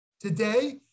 Today